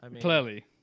Clearly